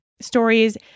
stories